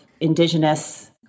indigenous